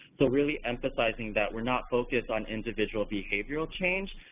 so really emphasizing that we're not focused on individual behavioral change,